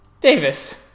Davis